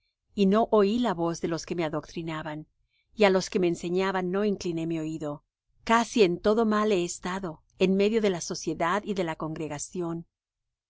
y no oí la voz de los que me adoctrinaban y á los que me enseñaban no incliné mi oído casi en todo mal he estado en medio de la sociedad y de la congregación